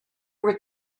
were